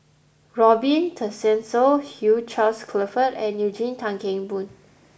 Robin Tessensohn Hugh Charles Clifford and Eugene Tan Kheng Boon